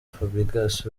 fabregas